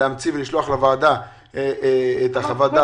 להמציא ולשלוח לוועדה את חוות הדעת הזאת.